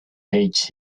page